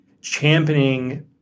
championing